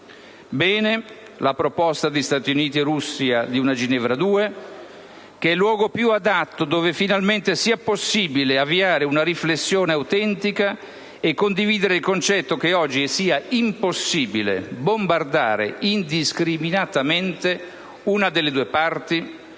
Bene la proposta di Stati Uniti e Russia di una Ginevra 2, che è il luogo più adatto dove finalmente sia possibile avviare una riflessione autentica e condividere il concetto che oggi sia impossibile bombardare indiscriminatamente una delle due parti